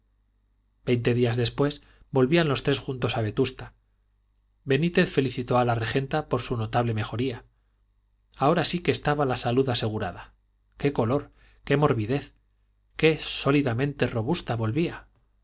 veinte días después volvían los tres juntos a vetusta benítez felicitó a la regenta por su notable mejoría ahora si que estaba la salud asegurada qué color qué morbidez qué sólidamente robusta volvía